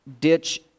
ditch